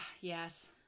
yes